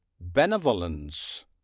Benevolence